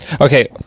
Okay